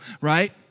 right